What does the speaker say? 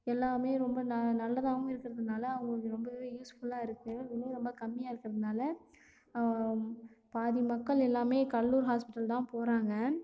எல்லாமே ரொம்ப ந நல்லதாவும் இருக்கறதுனால அவங்களுக்கு ரொம்பவே யூஸ்ஃபுல்லாக இருக்குது விலையும் ரொம்ப கம்மியாக இருக்கிறதுனால பாதி மக்கள் எல்லாமே கடலூர் ஹாஸ்பிட்டல் தான் போகிறாங்க